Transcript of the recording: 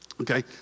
Okay